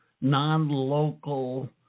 non-local